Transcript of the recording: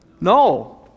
No